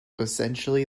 essentially